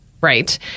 Right